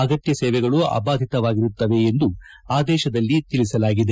ಆಗತ್ಯ ಸೇವೆಗಳು ಅಬಾಧಿತವಾಗಿರುತ್ತವೆ ಎಂದು ಆದೇತದಲ್ಲಿ ತಿಳಿಸಲಾಗಿದೆ